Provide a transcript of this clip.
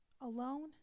alone